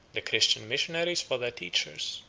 the christian missionaries for their teachers,